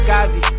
Kazi